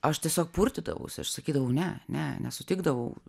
aš tiesiog purtydavausi aš sakydavau ne ne nesutikdavau